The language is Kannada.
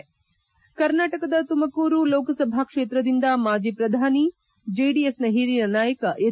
ಉಳಿದಂತೆ ಕರ್ನಾಟಕದ ತುಮಕೂರು ಲೋಕಸಭಾ ಕ್ಷೇತ್ರದಿಂದ ಮಾಜಿ ಪ್ರಧಾನಿ ಜೆಡಿಎಸ್ನ ಹಿರಿಯ ನಾಯಕ ಎಚ್